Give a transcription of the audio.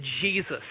Jesus